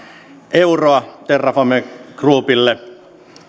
euroa terrafame groupille